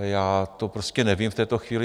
Já to prostě nevím v této chvíli.